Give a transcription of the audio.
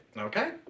Okay